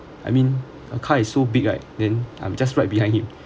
I mean a car is so big right then I'm just right behind him